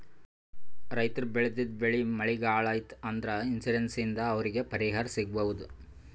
ರೈತರ್ ಬೆಳೆದಿದ್ದ್ ಬೆಳಿ ಮಳಿಗ್ ಹಾಳ್ ಆಯ್ತ್ ಅಂದ್ರ ಇನ್ಶೂರೆನ್ಸ್ ಇಂದ್ ಅವ್ರಿಗ್ ಪರಿಹಾರ್ ಸಿಗ್ಬಹುದ್